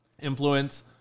influence